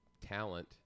talent